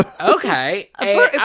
okay